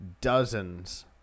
dozens